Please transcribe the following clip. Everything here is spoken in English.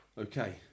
Okay